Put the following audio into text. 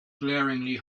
glaringly